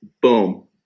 boom